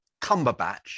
Cumberbatch